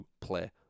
play